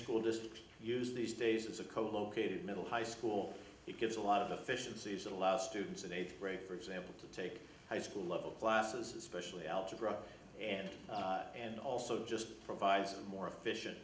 school districts use these days as a colocated middle high school it gives a lot of efficiencies that allow students in eighth grade for example to take high school level classes especially algebra and and also just provides a more efficient